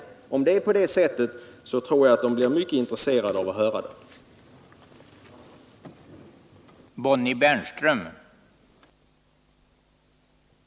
Om det förhåller sig på det sättet tror jag att dessa människor är mycket intresserade av att få höra det klart utsägas.